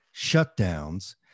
shutdowns